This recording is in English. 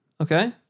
Okay